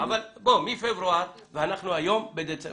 מפברואר, ואנחנו היום בדצמבר.